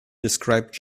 describes